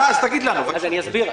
אני אסביר.